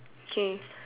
okay